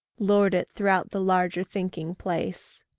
lord it throughout the larger thinking place